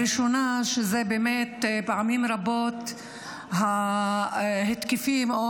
הראשונה היא שבאמת פעמים רבות ההתקפים או